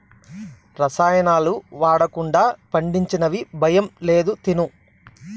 రసాయనాలు వాడకుండా పండించినవి భయం లేదు తిను